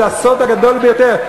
זה הסוד הגדול ביותר.